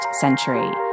century